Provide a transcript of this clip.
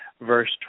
verse